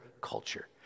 culture